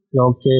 Okay